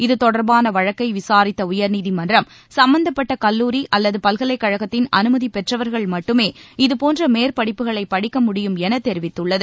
இது தொடர்பான வழக்கை விசாரித்த உயர்நீதிமன்றம் சும்பந்தப்பட்ட கல்லூரி அல்லது பல்கலைக்கழகத்தின் அனுமதி பெற்றவர்கள் மட்டுமே இதுபோன்ற மேற்படிப்புகளை படிக்க முடியும் என தெரிவித்துள்ளது